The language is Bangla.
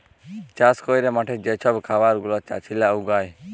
চাষ ক্যইরে মাঠে যে ছব খাবার গুলা চাষীরা উগায়